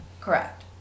Correct